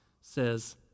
says